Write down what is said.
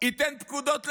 ייתן פקודות למ"מים?